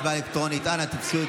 מה היא תצביע?